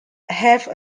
have